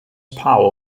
power